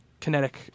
kinetic